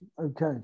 okay